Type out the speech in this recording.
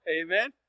amen